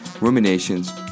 ruminations